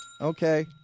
Okay